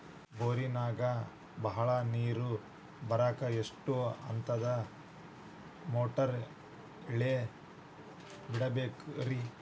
ಬೋರಿನಾಗ ಬಹಳ ನೇರು ಬರಾಕ ಎಷ್ಟು ಹಂತದ ಮೋಟಾರ್ ಇಳೆ ಬಿಡಬೇಕು ರಿ?